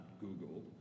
Google